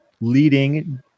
leading